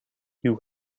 you